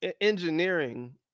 Engineering